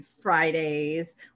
Fridays